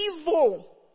evil